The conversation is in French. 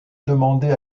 demandé